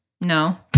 No